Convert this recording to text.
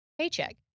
paycheck